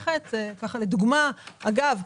אגב,